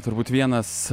turbūt vienas